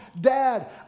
Dad